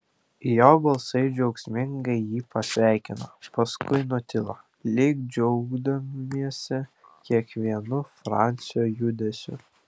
jo balsai džiaugsmingai jį pasveikino paskui nutilo lyg džiaugdamiesi kiekvienu francio judesiu